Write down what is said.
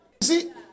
see